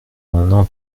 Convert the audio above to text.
non